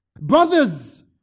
Brothers